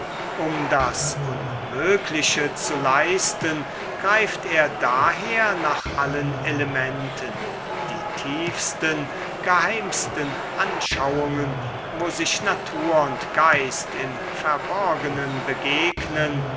um das unmögliche zu leisten greift er daher nach allen elementen die tiefsten geheimsten anschauungen wo sich natur und geist im verborgenen begegnen